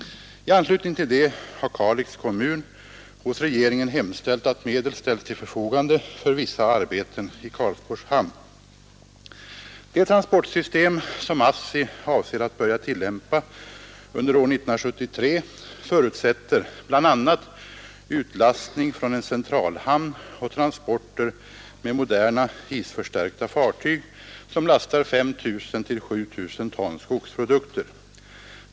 I anslutning härtill har Kalix kommun hos regeringen hemställt att medel ställs till förfogande för vissa arbeten i Karlsborgs hamn. Det transportsystem, som ASSI avser att börja tillämpa under år 1973, förutsätter bl.a. utlastning från en centralhamn och transporter med moderna isförstärkta fartyg som lastar 5 000—7 000 ton skogsprodukter.